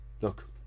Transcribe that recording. look